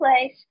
place